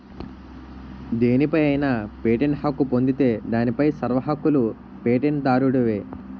దేనిపై అయినా పేటెంట్ హక్కు పొందితే దానిపై సర్వ హక్కులూ పేటెంట్ దారుడివే